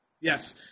Yes